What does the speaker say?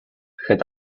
had